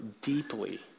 deeply